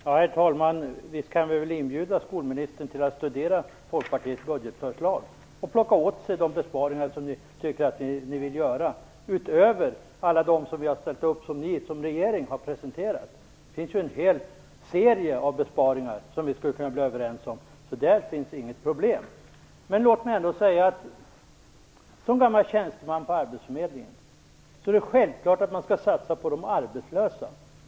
Herr talman! Visst kan vi inbjuda skolministern att studera Folkpartiets budgetförslag och plocka åt sig de besparingar som regeringen tycker att den vill göra, utöver alla dem av regeringens förslag som vi har ställt upp på. Det finns ju en hel serie av besparingar som vi skulle kunna bli överens om, så där finns inget problem. Som gammal tjänsteman på arbetsförmedlingen finner jag det självklart att man skall satsa på de arbetslösa.